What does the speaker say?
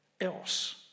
else